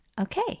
Okay